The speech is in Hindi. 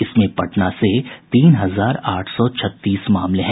इसमें पटना से तीन हजार आठ सौ छत्तीस मामले हैं